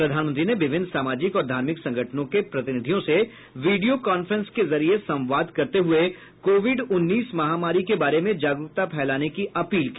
प्रधानमंत्री ने विभिन्न सामाजिक और धार्मिक संगठनों के प्रतिनिधियों से वीडियो कांफ्रेंस के जरिये संवाद करते हुए कोविड उन्नीस महामारी के बारे में जागरूकता फैलाने की अपील की